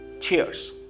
Cheers